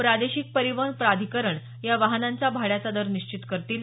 प्रादेशिक परिवहन प्राधिकरण या वाहनांचा भाड्याचा दर निश्चित करील